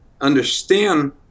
understand